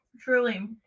Truly